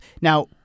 Now